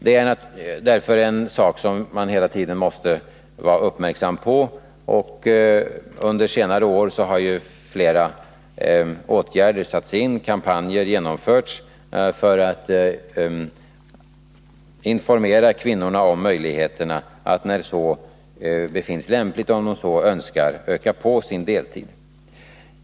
Det är därför en sak som man hela tiden måste vara uppmärksam på. Under senare år har åtskilliga åtgärder vidtagits och kampanjer genomförts för att informera kvinnorna om möjligheterna att, om de så önskar, öka på sin deltid.